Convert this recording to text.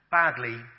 badly